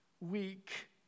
weak